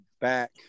back